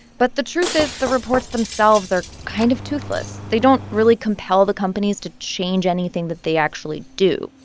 but the truth is the reports themselves are kind of toothless. they don't really compel the companies to change anything that they actually do.